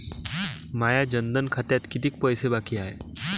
माया जनधन खात्यात कितीक पैसे बाकी हाय?